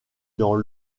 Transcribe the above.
dans